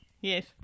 yes